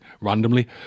randomly